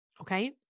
Okay